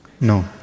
No